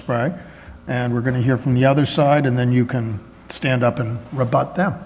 spragg and we're going to hear from the other side and then you can stand up and rebut them